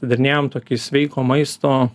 atidarinėjom tokį sveiko maisto